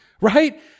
Right